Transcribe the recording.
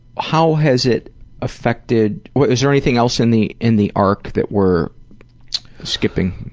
how has it affected was there anything else in the in the arc that we're skipping?